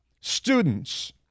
students